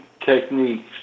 techniques